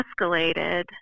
escalated